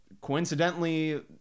coincidentally